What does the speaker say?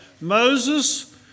Moses